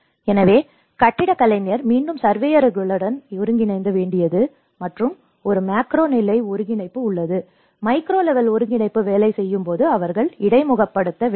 எனவே கட்டடக் கலைஞர் மீண்டும் சர்வேயர்களுடன் ஒருங்கிணைக்க வேண்டியது மற்றும் ஒரு மேக்ரோ நிலை ஒருங்கிணைப்பு உள்ளது மைக்ரோ லெவல் ஒருங்கிணைப்பு வேலை செய்யும் போது அவர்கள் இடைமுகப்படுத்த வேண்டும்